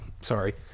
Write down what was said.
sorry